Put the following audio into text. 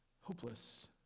hopeless